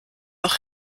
auch